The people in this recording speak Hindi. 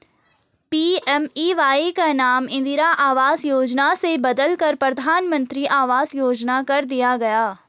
पी.एम.ए.वाई का नाम इंदिरा आवास योजना से बदलकर प्रधानमंत्री आवास योजना कर दिया गया